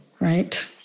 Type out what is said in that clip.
right